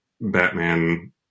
Batman